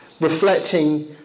reflecting